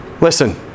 Listen